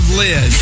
liz